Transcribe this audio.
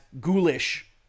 ghoulish